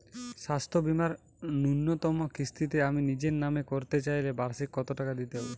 স্বাস্থ্য বীমার ন্যুনতম কিস্তিতে আমি নিজের নামে করতে চাইলে বার্ষিক কত টাকা দিতে হবে?